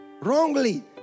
wrongly